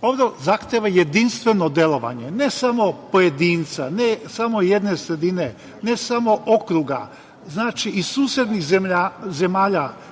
Ovo zahteva jedinstveno delovanje, ne samo pojedinca, ne samo jedne sredine, ne samo okruga, znači, i susednih zemalja,